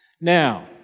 Now